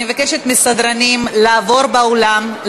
אני מבקשת מהסדרנים לעבור באולם,